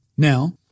Now